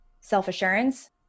self-assurance